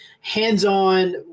hands-on